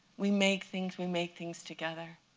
we make things. we make things together.